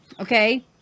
okay